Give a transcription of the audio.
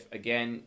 again